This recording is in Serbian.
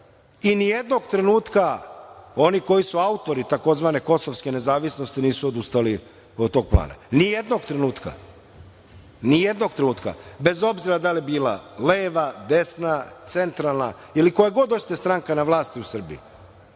I ni jednog trenutka oni koji su autori takozvane Kosovske nezavisnosti nisu odustali od tog plana. Ni jednog trenutka, ni jednog trenutka, bez obzira da li bila leva, desna, centralna ili koja god hoćete stranka na vlasti u Srbiji.